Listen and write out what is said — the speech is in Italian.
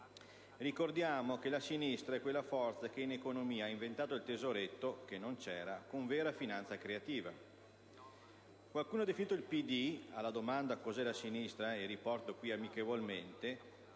Ricordiamo che la sinistra è quella forza che in economia ha inventato il "tesoretto" (che non c'era) con vera finanza creativa. Qualcuno ha definito il PD, alla domanda «cos'è la sinistra?» (che riporto qui amichevolmente),